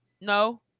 No